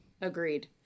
Agreed